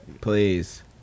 Please